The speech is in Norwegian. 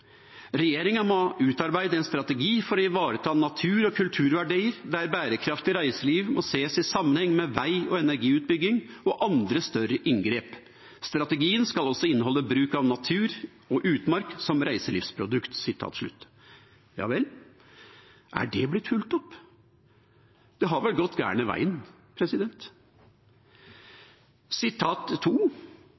må «utarbeide en strategi for å ivareta natur- og kulturverdier der bærekraftig reiseliv må ses i sammenheng med veg- og energiutbygging og andre større inngrep. Strategien skal også inneholde bruk av natur og utmark som reiselivsprodukt.» Ja vel, er det blitt fulgt opp? Det har vel gått gærne veien?